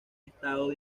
estado